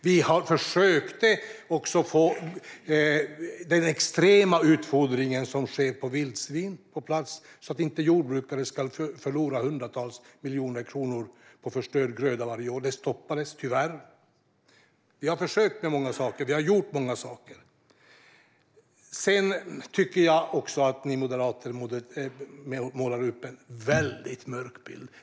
Vi har också försökt få den extrema utfodring som sker på vildsvin på plats, så att jordbrukare inte ska förlora hundratals miljoner kronor på förstörda grödor varje år. Detta stoppades tyvärr. Vi har försökt med många saker, och vi har gjort många saker. Jag tycker att ni moderater målar upp en väldigt mörk bild.